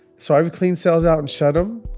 so i've cleaned cells out and shut them.